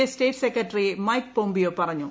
S state secretary Mike Pompeo പറഞ്ഞു